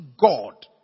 God